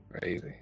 Crazy